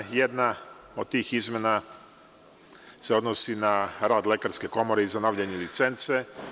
Jedna od tih izmena se odnosi na rad Lekarske komore i obnavljanje licence.